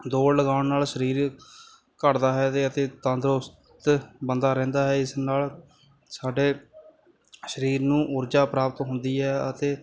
ਦੌੜ ਲਗਾਉਣ ਨਾਲ ਸਰੀਰ ਘੱਟਦਾ ਹੈ ਅਤੇ ਅਤੇ ਤੰਦਰੁਸਤ ਬੰਦਾ ਰਹਿੰਦਾ ਹੈ ਇਸ ਨਾਲ ਸਾਡੇ ਸਰੀਰ ਨੂੰ ਊਰਜਾ ਪ੍ਰਾਪਤ ਹੁੰਦੀ ਹੈ ਅਤੇ